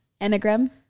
enneagram